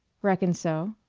reckon so.